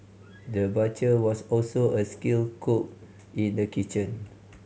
the butcher was also a skilled cook in the kitchen